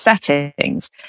settings